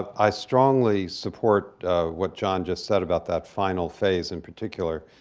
i strongly support what john just said about that final phase in particular.